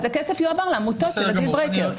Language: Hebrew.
אז הכסף יועבר לעמותות כי זה דיל ברייקר.